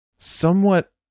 somewhat